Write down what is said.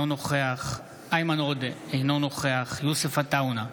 אינו נוכח איימן עודה, אינו נוכח יוסף עטאונה,